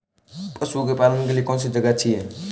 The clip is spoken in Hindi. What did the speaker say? पशुओं के पालन के लिए कौनसी जगह अच्छी है?